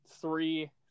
three